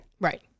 right